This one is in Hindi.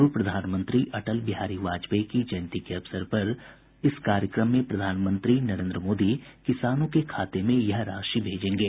पूर्व प्रधानमंत्री अटल बिहारी वाजपेयी की जयंती के अवसर पर आयोजित इस कार्यक्रम में प्रधानमंत्री नरेंद्र मोदी किसानों के खाते में यह राशि भेजेंगे